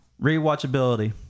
Rewatchability